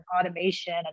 automation